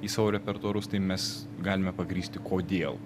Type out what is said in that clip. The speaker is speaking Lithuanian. į savo repertuarus tai mes galime pagrįsti kodėl